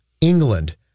England